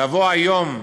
לבוא היום,